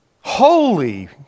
holy